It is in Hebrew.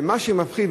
ומה שמפחיד,